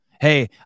Hey